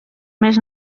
més